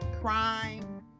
crime